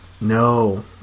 No